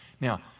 Now